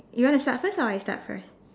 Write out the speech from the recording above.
you want to start first or I start first